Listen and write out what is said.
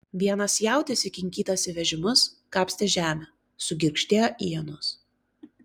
vienas jautis įkinkytas į vežimus kapstė žemę sugirgždėjo ienos